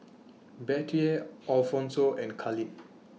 Bettye Alphonso and Khalid